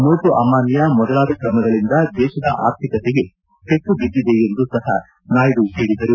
note ಅಮಾನ್ನ ಮೊದಲಾದ ಕ್ರಮಗಳಿಂದ ದೇಶದ ಆರ್ಥಿಕತೆಗೆ ಪೆಟ್ಟು ಬಿದ್ದಿದೆ ಎಂದು ಸಪ ಅವರು ಹೇಳಿದರು